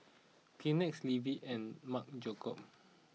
Kleenex Levi's and Marc Jacobs